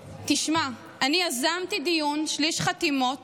תשמע, אני יזמתי דיון 40 חתימות